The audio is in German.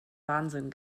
wahnsinn